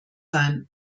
sein